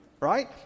Right